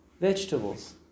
Vegetables